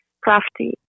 crafty